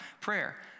prayer